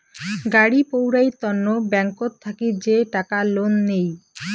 গাড়ি পৌরাই তন্ন ব্যাংকত থাকি যে টাকা লোন নেই